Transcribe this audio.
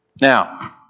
now